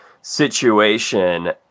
situation